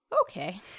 Okay